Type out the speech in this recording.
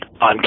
on